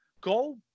Go